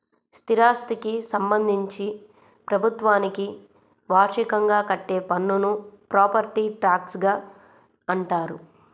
స్థిరాస్థికి సంబంధించి ప్రభుత్వానికి వార్షికంగా కట్టే పన్నును ప్రాపర్టీ ట్యాక్స్గా అంటారు